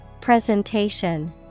Presentation